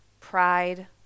pride